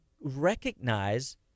recognize